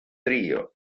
trio